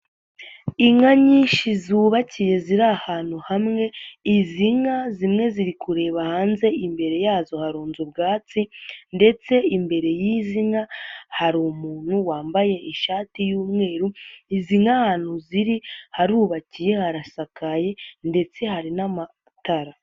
Inka nyinshi zubakiye ziri ahantu hamwe, izi nka zimwe ziri kureba hanze imbere yazo harunze ubwatsi ndetse imbere y'izi nka hari umuntu wambaye ishati y'umweru, izi nka ahantu ziri harubakiye harasakaye ndetse hari n'amatara.